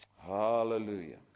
hallelujah